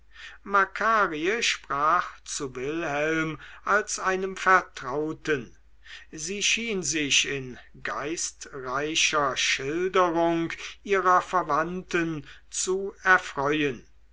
sprach zu wilhelm als einem vertrauten sie schien sich in geistreicher schilderung ihrer verwandten zu erfreuen